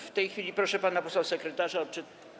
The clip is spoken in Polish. W tej chwili proszę pana posła sekretarza o.